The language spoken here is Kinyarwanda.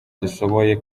dushoboye